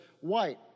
white